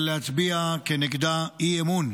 להצביע כנגדה אי-אמון.